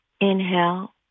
Inhale